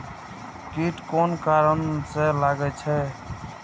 कीट कोन कारण से लागे छै?